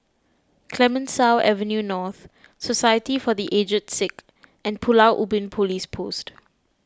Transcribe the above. Clemenceau Avenue North Society for the Aged Sick and Pulau Ubin Police Post